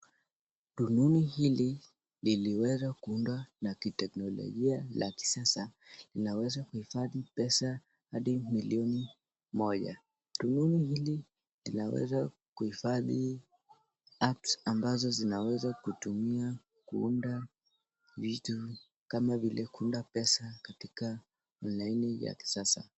Rununu hili liliweza kuundwa na kiteknolojia la kisasa inaweza kuhifadhi pesa hadi milioni moja. Rununu hili linaweza kuhifadhi hacks ambazo zinaweza kutumia kuunda vitu kama vile kuunda pesa katika onlaini ya kisasa.